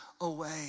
away